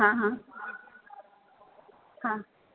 હા હા હા